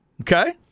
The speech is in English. Okay